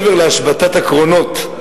מעבר להשבתת הקרונות,